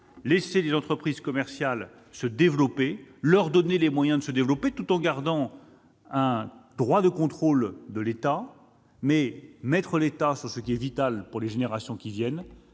laisser les entreprises commerciales se développer, leur donner les moyens d'un tel développement, tout en gardant un droit de contrôle de l'État, et concentrer l'effort de l'État sur ce qui est vital pour les générations à venir,